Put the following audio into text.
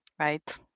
Right